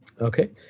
Okay